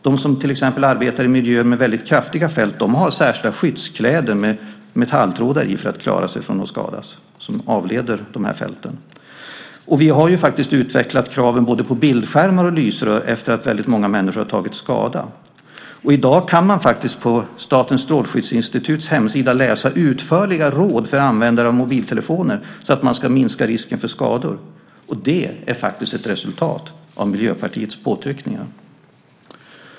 De som till exempel arbetar i miljöer med väldigt kraftiga fält har särskilda skyddskläder med metalltrådar i, som avleder de här fälten, för att klara sig från att skadas. Vi har ju faktiskt utvecklat krav både på bildskärmar och lysrör efter att väldigt många människor har tagit skada. I dag kan man på Statens strålskyddsinstituts hemsida läsa utförliga råd för användare av mobiltelefoner så att man ska minska risken för skador. Det är faktiskt ett resultat av Miljöpartiets påtryckningar.